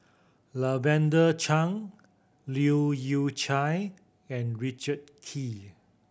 Lavender Chang Leu Yew Chye and Richard Kee